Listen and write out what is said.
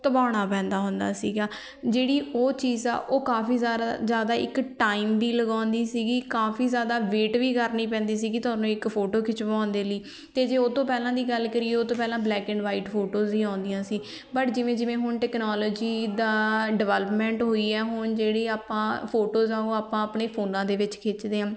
ਧਵਾਉਣਾ ਪੈਂਦਾ ਹੁੰਦਾ ਸੀਗਾ ਜਿਹੜੀ ਉਹ ਚੀਜ਼ ਆ ਉਹ ਕਾਫੀ ਜ਼ਾਰਾ ਜ਼ਿਆਦਾ ਇੱਕ ਟਾਈਮ ਵੀ ਲਗਾਉਂਦੀ ਸੀਗੀ ਕਾਫੀ ਜ਼ਿਆਦਾ ਵੇਟ ਵੀ ਕਰਨੀ ਪੈਂਦੀ ਸੀਗੀ ਤੁਹਾਨੂੰ ਇੱਕ ਫੋਟੋ ਖਿਚਵਾਉਣ ਦੇ ਲਈ ਅਤੇ ਜੇ ਉਹ ਤੋਂ ਪਹਿਲਾਂ ਦੀ ਗੱਲ ਕਰੀਏ ਉਹ ਤੋਂ ਪਹਿਲਾਂ ਬਲੈਕ ਐਂਡ ਵਾਈਟ ਫੋਟੋਜ਼ ਹੀ ਆਉਂਦੀਆਂ ਸੀ ਬਟ ਜਿਵੇਂ ਜਿਵੇਂ ਹੁਣ ਟੈਕਨੋਲੋਜੀ ਦਾ ਡਿਵੈਲਪਮੈਂਟ ਹੋਈ ਆ ਹੁਣ ਜਿਹੜੀ ਆਪਾਂ ਫੋਟੋਜ਼ ਆ ਉਹ ਆਪਾਂ ਆਪਣੇ ਫੋਨਾਂ ਦੇ ਵਿੱਚ ਖਿੱਚਦੇ ਹਾਂ